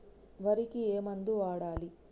వరికి ఏ మందు వాడాలి?